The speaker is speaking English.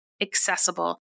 accessible